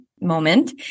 moment